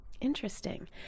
Interesting